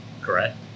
Correct